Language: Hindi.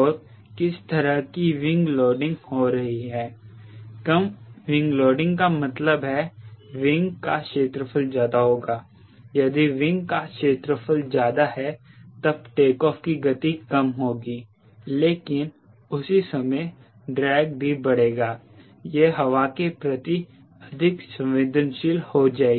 और किस तरह की विंग लोडिंग हो रही है कम विंग लोडिंग का मतलब है विंग का क्षेत्रफल ज्यादा होगा यदि विंग का क्षेत्रफल ज्यादा है तब टेकऑफ़ की गति कम होगी लेकिन उसी समय ड्रैग भी बढ़ेगा यह हवा के प्रति अधिक संवेदनशील हो जाएगी